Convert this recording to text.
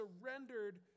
surrendered